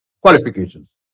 qualifications